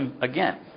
again